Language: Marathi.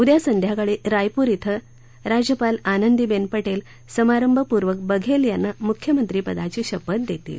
उद्या संध्याकाळी रायपुर क्वे राज्यपाल आनंदीबेन पटेल समारंभपूर्वक बघेल यांना मुख्यमंत्री पदाची शपथ देतील